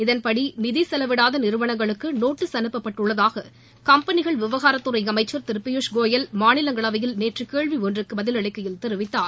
இதன்படி நிதி நகெலவிடாத நிறுவனங்களுக்கு நோட்டீஸ் அனுப்பப்பட்டுள்ளதாக கம்பெனிகள் விவகாரத்துறை அமைச்சர் திரு பியூஷ் கோயல் மாநிலங்களவையில் நேற்று கேள்வி ஒன்றக்கு பதிலளிக்கையில் தெரிவித்தார்